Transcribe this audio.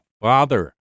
Father